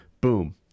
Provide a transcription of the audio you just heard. Boom